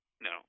No